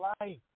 life